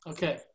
Okay